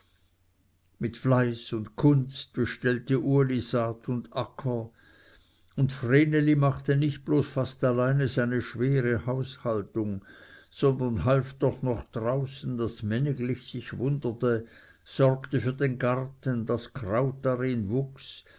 mit fleiß und kunst bestellte uli saat und acker und vreneli machte nicht bloß fast alleine seine schwere haushaltung sondern half doch noch draußen daß männiglich sich wunderte sorgte für den garten daß kraut darin wuchs